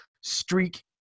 streak